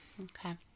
okay